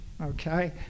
okay